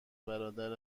برادر